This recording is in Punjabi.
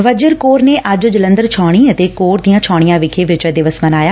ਵਜਰ ਕੋਰ ਨੇ ਅੱਜ ਜਲੰਧਰ ਛਾਉਣੀ ਅਤੇ ਕੋਰ ਦੀਆਂ ਛਾਉਣੀਆਂ ਵਿਖੇ ਵਿਜੇ ਦਿਵਸ ਮਨਾਇਆ